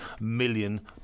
million